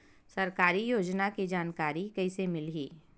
सरकारी योजना के जानकारी कइसे मिलही?